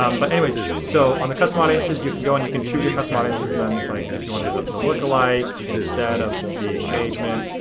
um but anyways, so on the custom audiences you can go and you can choose your custom audiences, and then, like, if you wanna do the the lookalike instead of the engagement,